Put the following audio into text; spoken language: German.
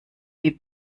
wie